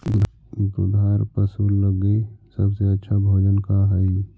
दुधार पशु लगीं सबसे अच्छा भोजन का हई?